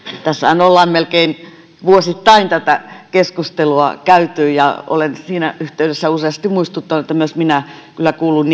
tässähän ollaan melkein vuosittain tätä keskustelua käyty ja olen siinä yhteydessä useasti muistuttanut että myös minä kyllä kuulun